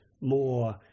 more